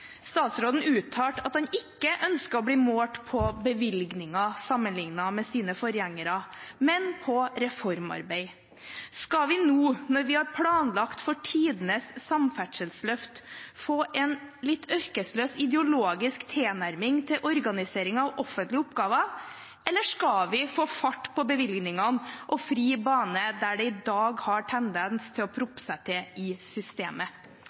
Statsråden uttalte at han ikke ønsket å bli målt på bevilgninger sammenlignet med sine forgjengere, men på reformarbeidet. Skal vi nå, når vi har planlagt for tidenes samferdselsløft, få en ørkesløs ideologisk tilnærming til organisering av offentlige oppgaver, eller skal vi få fart på bevilgningene og fri bane der det i dag har en tendens til å proppe seg til i systemet?